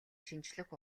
шинжлэх